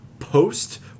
Post